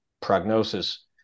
prognosis